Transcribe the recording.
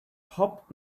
hopped